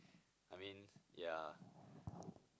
I mean yeah